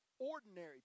Ordinary